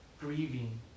grieving